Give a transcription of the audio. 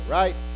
right